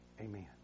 Amen